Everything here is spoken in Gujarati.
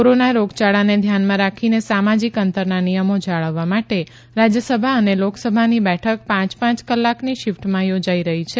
કોરોના રોગયાળાને ધ્યાનમાં રાખીને સામાજીક અંતરના નિયમો જાળવવા માટે રાજયસભા અને લોકસભાની બેઠક પાંચ પાંચ કલાકની શિફટમાં યોજાઇ રહી છે